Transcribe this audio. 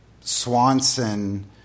Swanson